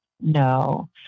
no